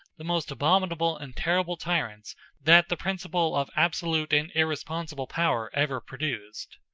the most abominable and terrible tyrants that the principle of absolute and irresponsible power ever produced.